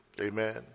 Amen